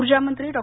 ऊर्जामंत्री डॉ